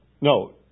no